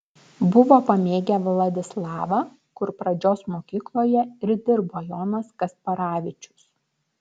buvo pamėgę vladislavą kur pradžios mokykloje ir dirbo jonas kasparavičius